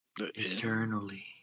Eternally